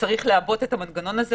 נצטרך לעבות את המנגנון הזה.